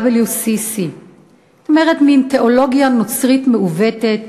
WCC. זאת אומרת, מין תיאולוגיה נוצרית מעוותת,